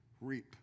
reap